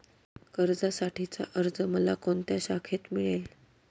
कर्जासाठीचा अर्ज मला कोणत्या शाखेत मिळेल?